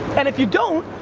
and, if you don't,